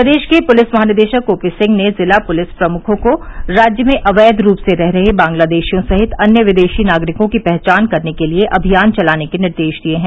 प्रदेश के पुलिस महानिदेशक ओपी सिंह ने जिला पुलिस प्रमुखों को राज्य में अवैध रूप से रह रहे बांग्लादेशियों सहित अन्य विदेशी नागरिकों की पहचान करने के लिये अभियान चलाने के निर्देश दिये हैं